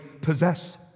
possess